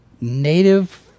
Native